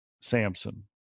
Samson